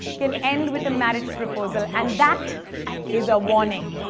can end with a marriage proposal. and that is a warning.